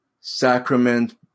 sacrament